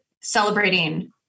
celebrating